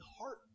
heart